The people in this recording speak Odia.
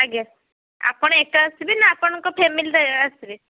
ଆଜ୍ଞା ଆପଣ ଏକା ଆସିବେ ନା ଆପଣଙ୍କ ଫ୍ୟାମିଲି ଆସିବେ